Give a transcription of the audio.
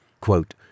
Quote